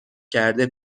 کرده